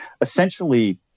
essentially